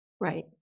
Right